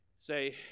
Say